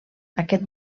aquest